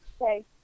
Okay